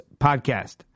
podcast